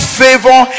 favor